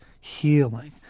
healing